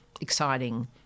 exciting